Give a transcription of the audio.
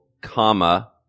comma